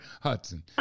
Hudson